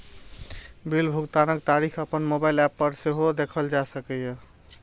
bill भुगतानक तारीख अपन मोबाइल एप पर सेहो देखल जा सकैए